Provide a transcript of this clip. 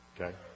okay